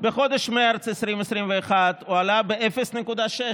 בחודש מרץ 2021 הוא עלה ב-0.6%;